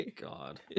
god